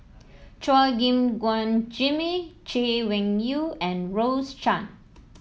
Chua Gim Guan Jimmy Chay Weng Yew and Rose Chan